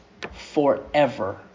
forever